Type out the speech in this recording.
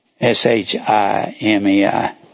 S-H-I-M-E-I